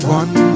one